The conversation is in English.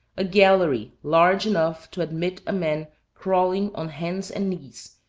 a gallery large enough to admit a man crawling on hands and knees,